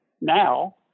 Now